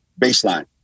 baseline